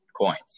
coins